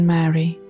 Mary